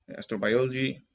astrobiology